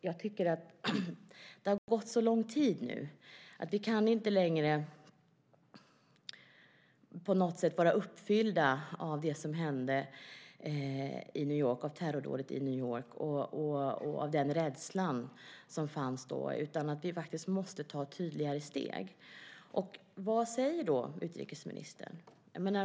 Jag tycker att det har gått så lång tid nu att vi inte längre kan vara uppfyllda av terrordådet i New York och den rädsla som fanns då. Vi måste faktiskt ta tydligare steg. Vad säger då utrikesministern?